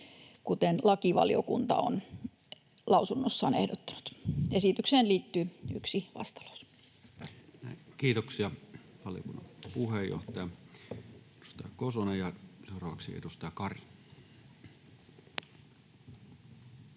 kuten lakivaliokunta on lausunnossaan ehdottanut. Esitykseen liittyy yksi vastalause. Kiitoksia, valiokunnan puheenjohtaja, edustaja Kosonen. — Seuraavaksi edustaja Kari.